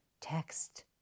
Text